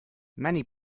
many